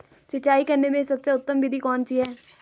सिंचाई करने में सबसे उत्तम विधि कौन सी है?